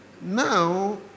now